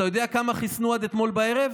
אתה יודע כמה חיסנו עד אתמול בערב?